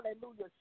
Hallelujah